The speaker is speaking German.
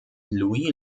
louis